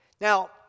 Now